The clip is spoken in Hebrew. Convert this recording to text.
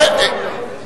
הכול אלקטרוני.